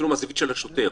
אפילו מהזווית של השוטר,